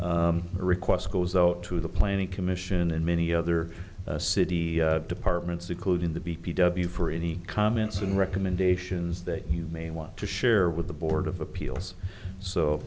or requests goes out to the planning commission and many other city departments including the b p w for any comments and recommendations that you may want to share with the board of appeals so